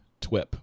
twip